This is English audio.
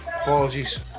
Apologies